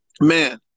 man